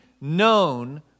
known